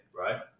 right